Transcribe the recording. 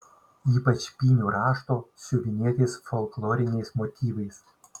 ypač pynių rašto siuvinėtais folkloriniais motyvais